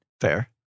Fair